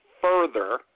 further